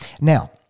now